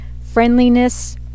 friendliness